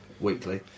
Weekly